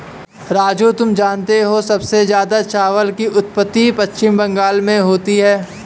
राजू तुम जानते हो सबसे ज्यादा चावल की उत्पत्ति पश्चिम बंगाल में होती है